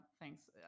thanks